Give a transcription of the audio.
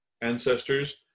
ancestors